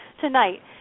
tonight